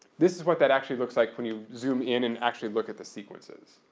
this is what that actually looks like when you zoom in and actually look at the sequences.